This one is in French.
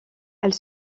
elle